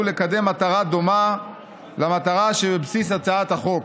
לקדם מטרה דומה למטרה שבבסיס הצעת החוק,